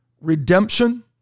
redemption